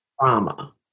trauma